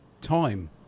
time